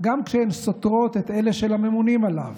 גם כשהן סותרות את אלה של הממונים עליו,